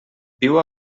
viu